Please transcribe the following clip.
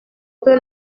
peu